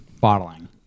bottling